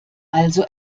also